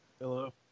Hello